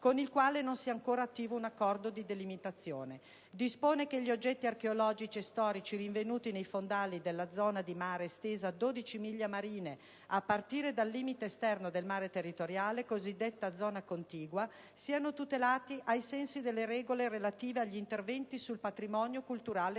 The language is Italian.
con il quale non sia ancora attivo un accordo di delimitazione e dispone che gli oggetti archeologici e storici rinvenuti nei fondali della zona di mare estesa 12 miglia marine a partire dal limite esterno del mare territoriale (la cosiddetta zona contigua) siano tutelati ai sensi delle «regole relative agli interventi sul patrimonio culturale